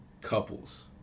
couples